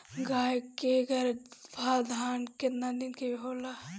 गाय के गरभाधान केतना दिन के होला?